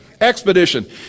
Expedition